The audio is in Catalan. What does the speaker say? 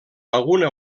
alguna